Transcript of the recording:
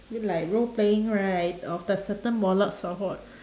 I mean like role-playing right of the certain warlords